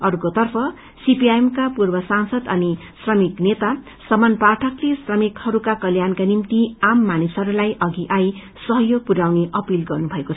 अर्कोतर्फ सीपीआईएम का पूर्व सांसद अनि श्रमिक नेता समन पाठकले श्रमिकहरूका कल्याणका निम्ति आम मानिसहरूलाई अघि आई सहयोग पुरयाउने अपील गर्नुभकऐ